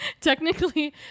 technically